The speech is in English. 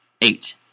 eight